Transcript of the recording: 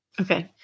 Okay